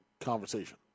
conversation